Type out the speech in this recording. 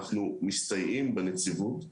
אנחנו מסתייעים בנציבות,